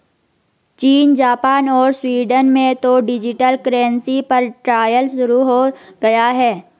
चीन, जापान और स्वीडन में तो डिजिटल करेंसी पर ट्रायल शुरू हो गया है